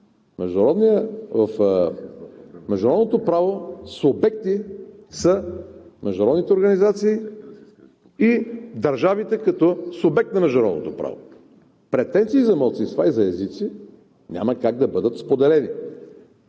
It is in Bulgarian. В международното право субекти са международните организации и държавите като субект на международното право. Претенции за малцинства и за езици няма как да бъдат споделени.